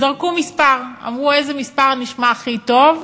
זרקו מספר, אמרו: איזה מספר נשמע הכי טוב?